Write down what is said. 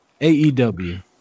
AEW